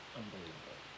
unbelievable